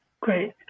Great